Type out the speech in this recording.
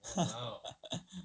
ha